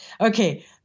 Okay